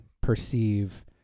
perceive